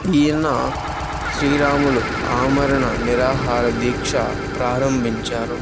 ఈయన శ్రీరాములు ఆమరణ నిరాహార దీక్ష ప్రారంభించారు